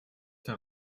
der